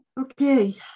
Okay